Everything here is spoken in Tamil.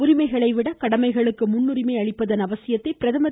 உரிமைகளை விட கடமைகளுக்கு முன்னுரிமை அளிப்பதன் அவசியத்தை பிரதமர்